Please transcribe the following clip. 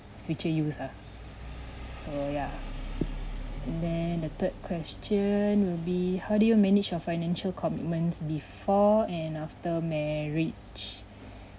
future use ah so ya and then the third question will be how do you manage your financial commitments before and after marriage